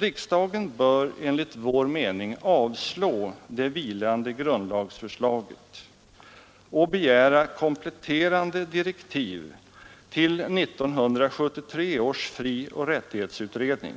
Riksdagen bör enligt vår mening avslå det vilande grundlagsförslaget och begära kompletterande direktiv till 1973 års fri och rättighetsutredning,